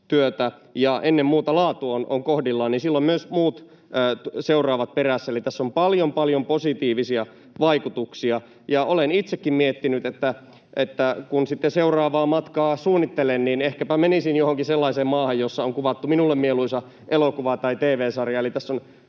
työtä, ja että ennen muuta laatu on kohdillaan, niin silloin myös muut seuraavat perässä. Eli tässä on paljon, paljon positiivisia vaikutuksia. Olen itsekin miettinyt, että kun seuraavaa matkaa suunnittelen, niin ehkäpä menisin johonkin sellaiseen maahan, jossa on kuvattu minulle mieluisa elokuva tai tv-sarja.